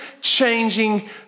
changing